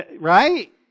Right